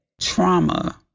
trauma